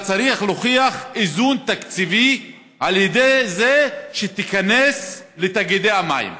אתה צריך להוכיח איזון תקציבי על ידי זה שתיכנס לתאגידי המים.